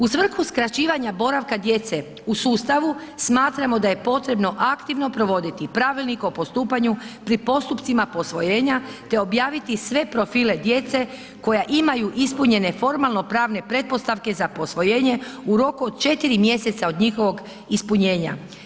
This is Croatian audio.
U svrhu skraćivanja boravka djece u sustavu, smatramo da je potrebno aktivno provoditi pravilnik o postupanju pri postupcima posvojenja te objaviti sve profile djece, koja imaju ispunjenje formalno pravne pretpostavke za posvojenje u roku od 4 mj. od njihovog ispunjenja.